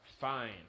fine